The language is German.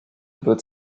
wird